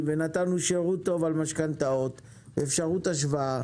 ונתנו שירות טוב למשכנתאות ואפשרות השוואה